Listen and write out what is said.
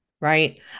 right